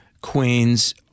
queens